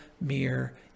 mere